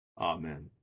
Amen